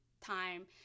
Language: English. time